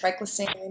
triclosan